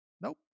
Nope